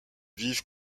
vive